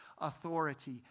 authority